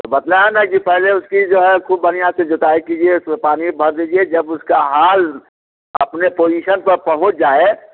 तो बताया ना कि पहले उसकी जो है खूब बढ़िया से जुताई कीजिए उसमें पानी भर दीजिए जब उसका हाल अपने पोजीशन पर पहुँच जाए